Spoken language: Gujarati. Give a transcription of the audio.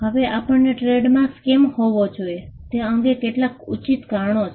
હવે આપણને ટ્રેડમાર્ક કેમ હોવો જોઈએ તે અંગે કેટલાક ઉચિત કારણો છે